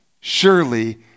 Surely